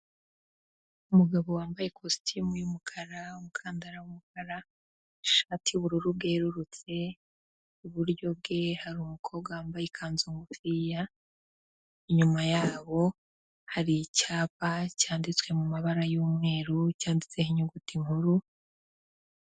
Umugabo wambaye kositimu y'umukara, umukandara w'umukara, ishati y'ubururu bwerurutse; iburyo bwe hari umukobwa wambaye ikanzu ngufiya, inyuma yabo hari icyapa cyanditswe mu mabara y'umweru cyanditseho inyuguti nkuru ...